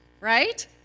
Right